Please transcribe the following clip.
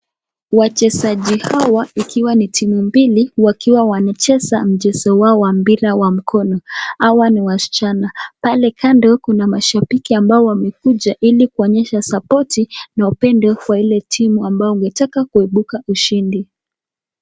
Wachezaji hawa ikiwa ni timu mbili wakiwa wanacheza mchezo wao wa mpira wa mkono. Hawa ni wasichana. Pale kando kuna mashambiki ambao wamekuja ili kuonyesha support na upendo kwa ile timu ambao wangetaka kuibuka ushindi.